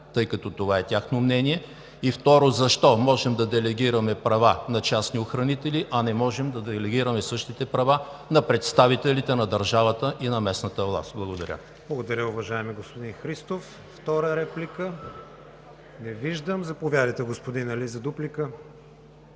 тъй като това е тяхно мнение? Второ, защо можем да делегираме права на частни охранители, а не можем да делегираме същите права на представителите на държавата и на местната власт? Благодаря. ПРЕДСЕДАТЕЛ КРИСТИАН ВИГЕНИН: Благодаря, уважаеми господин Христов. Втора реплика? Не виждам. Заповядайте, господин Али, за дуплика.